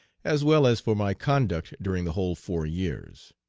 as well as for my conduct during the whole four years.